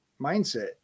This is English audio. mindset